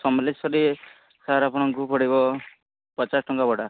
Samaleswari sir ଆପଣଙ୍କୁ ପଡ଼ିବ ପଚାଶ ଟଙ୍କା ଭଡ଼ା